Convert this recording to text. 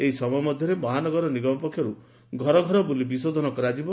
ଏହି ସମୟ ମଧ୍ଧରେ ମହାନଗର ନିଗମ ପକ୍ଷରୁ ଘରଘର ବୁଲି ବିଶୋଧନ କରାଯିବ